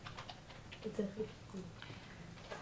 הוא תמיד יחזור למצב של חובות.